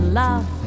love